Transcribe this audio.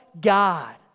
God